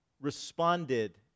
responded